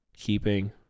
keeping